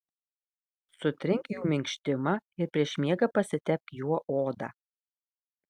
sutrink jų minkštimą ir prieš miegą pasitepk juo odą